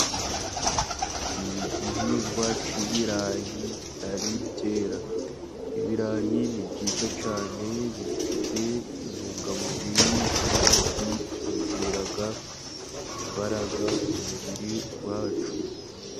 Igihingwa cy'ibirayi bitari byera, ibirayi ni byiza cyane bifite intungamubiri ,kandi byongera imbaraga mu mubiri wacu.